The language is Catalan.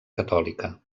catòlica